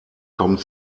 kommt